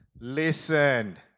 listen